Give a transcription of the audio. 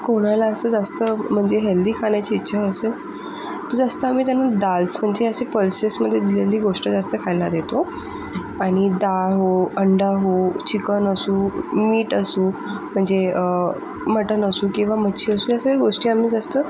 कोणाला असं जास्त म्हणजे हेल्दी खाण्याची इच्छा असेल तर जास्त आम्ही त्यांना दाल्स म्हणजे अशी पल्सेसमध्ये दिलेली गोष्ट जास्त खायला देतो आणि दाळ हो अंडा हो चिकन असू मीट असू म्हणजे मटण असो किंवा मच्छी असो या सगळ्या गोष्टी आम्ही जास्त